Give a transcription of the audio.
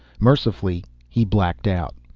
mercifully he blacked out.